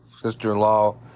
sister-in-law